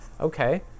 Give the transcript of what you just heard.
Okay